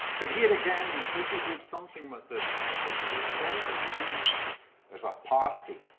but here again the city did something with this park because it was always used as a party